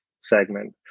segment